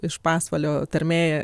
iš pasvalio tarmė